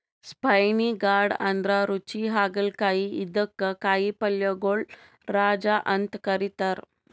spiny gourd ಅಂದ್ರ ರುಚಿ ಹಾಗಲಕಾಯಿ ಇದಕ್ಕ್ ಕಾಯಿಪಲ್ಯಗೊಳ್ ರಾಜ ಅಂತ್ ಕರಿತಾರ್